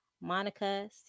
Monica